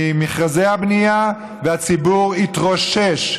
ממכרזי הבנייה, והציבור יתרושש.